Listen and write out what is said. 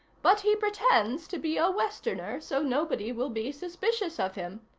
but he pretends to be a westerner so nobody will be suspicious of him.